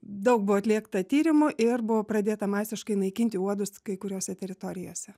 daug buvo atlikta tyrimų ir buvo pradėta masiškai naikinti uodus kai kuriose teritorijose